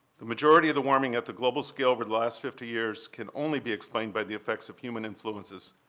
the majority of the warming at the global scale for the last fifty years can only be explained by the effects of human influences,